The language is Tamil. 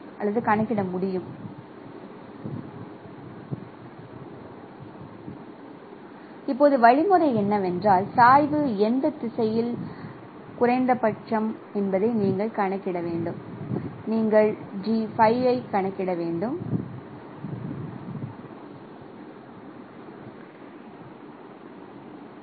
செங்குத்து சாய்வு இந்த வடிவத்தில் மதிப்பிடப்படலாம் நீங்கள் மேல் அண்டை நாடுகளைக் காணலாம் B5 இன் செங்குத்து சாய்வு முதல் வரிசை வழித்தோன்றலை மதிப்பிடுவதற்கு கருதப்படுகிறது இரண்டாவது வரிசை வழித்தோன்றல்கள் நீல கூறுகளின் செங்குத்து நெடுவரிசைகளிலிருந்து கணக்கிடப்படுகின்றன